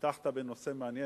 לא הבעיה,